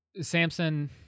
Samson